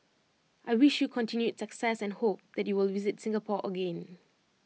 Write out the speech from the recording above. I wish you continued success and hope that you will visit Singapore again